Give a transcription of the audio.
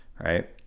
right